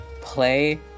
play